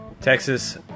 texas